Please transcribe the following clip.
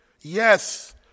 Yes